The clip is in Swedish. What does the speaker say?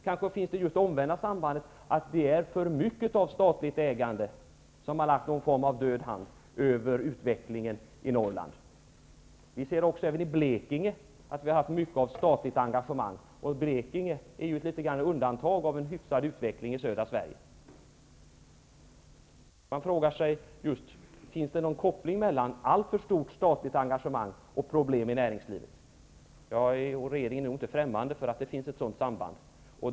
Kanske gäller det omvända sambandet: att för mycket av statligt ägande har lagt en död hand över utvecklingen i Norrland. Vi ser även att det i Blekinge har förekommit mycket av statligt engagemang. Blekinge utgör något av ett undantag från den i övrigt hyggliga utvecklingen i södra Man kan alltså fråga sig om det finns en koppling mellan alltför stort statligt engagemang och problem i näringslivet. Inte heller är nog regeringen främmande för att det finns ett sådant samband.